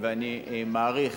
ואני מעריך